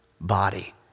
body